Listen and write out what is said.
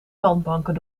zandbanken